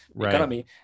economy